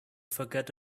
forget